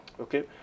okay